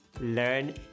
learn